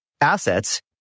assets